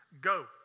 Go